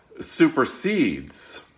supersedes